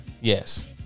Yes